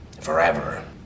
forever